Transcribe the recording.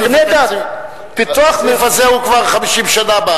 נדמה לי שעשו את זה, הסעיף הזה הוא כבר 50 שנה.